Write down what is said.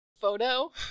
photo